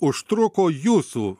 užtruko jūsų